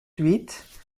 huit